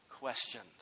questions